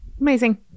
Amazing